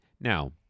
Now